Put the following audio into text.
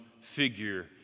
figure